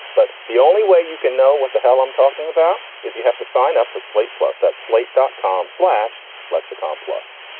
but the only way you can know what the hell i'm talking about is you have to sign up for slate plus that slate dot com slash lexicon plus,